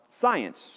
science